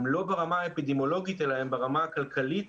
הם לא ברמה אפידמיולוגית אלא הם ברמה הכלכלית